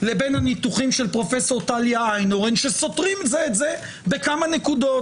לניתוחים של פרופ' טלי איינהורן שסותרים זה את זה בכמה נקודות.